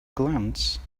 glance